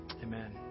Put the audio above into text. Amen